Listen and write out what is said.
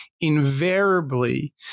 invariably